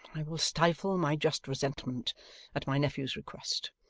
i will stifle my just resentment at my nephew's request.